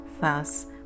Thus